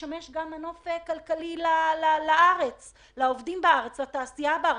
לשמש גם כמנוף כלכלי לעובדים בארץ, לתעשייה בארץ.